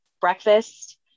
breakfast